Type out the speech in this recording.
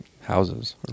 houses